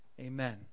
amen